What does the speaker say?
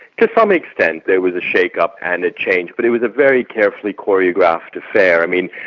to some extent there was a shake-up and a change, but it was a very carefully choreographed affair. i mean,